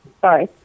sorry